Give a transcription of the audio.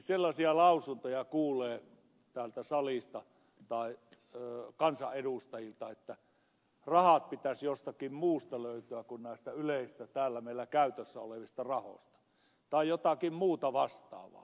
sellaisia lausuntoja kuulee täältä salista kansanedustajilta että rahat pitäisi jostakin muusta löytää kuin näistä yleisistä täällä meillä käytössä olevista rahoista tai jotakin muuta vastaavaa